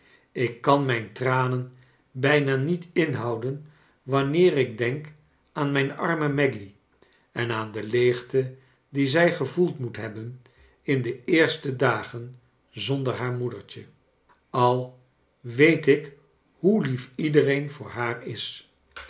ik kan mijn tranen bij'na niet inhouden wanneer ik denk aan mijn arme maggy en aan de leegte die zij gevoeld moet hebben in de eerste dagen zonder haar moedertje al weet ik hoe lief iedereen voor haar is